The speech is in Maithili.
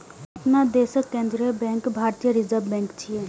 अपना देशक केंद्रीय बैंक भारतीय रिजर्व बैंक छियै